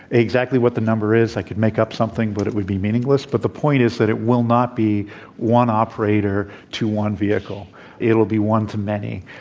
exactly what the number is i could make up something, but it would be meaningless. but the point is that it will not be one operator to one vehicle it will be one to many.